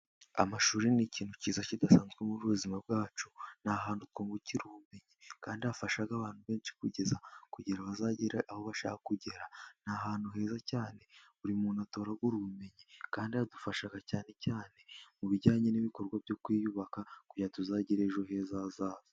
Amashuri ni ikintu kiza kidasanzwe muri ubu buzima bwacu ni ahantu twungukira ubumenyi kandi hafasha abantu benshi kugeza kugira bazagere aho bashaka kugera. Ni ahantu heza cyane buri muntu atoragura ubumenyi kandi hadufasha cyane cyane mu bijyanye n'ibikorwa byo kwiyubaka kugira tuzagire ejo heza hazaza.